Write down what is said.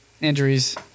injuries